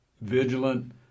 vigilant